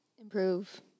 improve